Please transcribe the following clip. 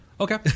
Okay